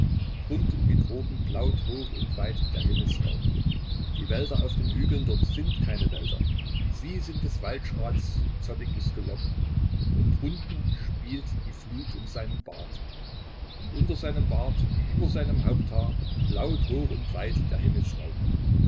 drunten wie droben blaut hoch und weit der himmelsraum die wälder auf den hügeln dort sind keine wälder sie sind des waldschrats zottiges gelock und drunten spielt die flut um seinen bart und unter seinem bart wie über seinem haupthaar blaut hoch und weit der